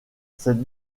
cette